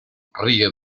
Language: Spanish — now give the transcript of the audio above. ríe